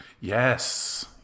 Yes